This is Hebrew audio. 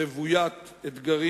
רוויית אתגרים,